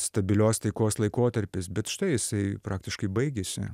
stabilios taikos laikotarpis bet štai jisai praktiškai baigėsi